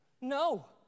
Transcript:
No